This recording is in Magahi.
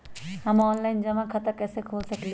हम ऑनलाइन जमा खाता कईसे खोल सकली ह?